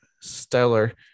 stellar